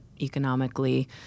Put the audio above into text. economically